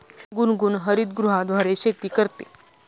गुनगुन हरितगृहाद्वारे शेती करते